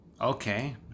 Okay